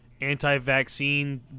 anti-vaccine